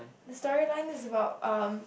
the storyline is about um